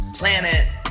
planet